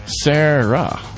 Sarah